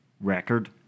record